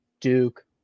Duke